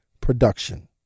production